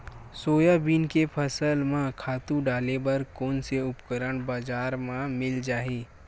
Soybean के फसल म खातु डाले बर कोन से उपकरण बजार म मिल जाहि?